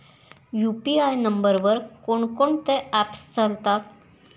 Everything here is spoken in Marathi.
यु.पी.आय नंबरवर कोण कोणते ऍप्स चालतात?